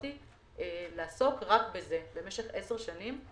ובחרתי לעסוק רק בזה משך עשר שנים.